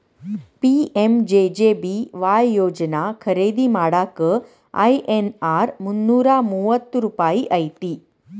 PMJJBY ಯೋಜನಾ ಖರೇದಿ ಮಾಡಾಕ ಐ.ಎನ್.ಆರ್ ಮುನ್ನೂರಾ ಮೂವತ್ತ ರೂಪಾಯಿ ಐತಿ